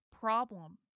problem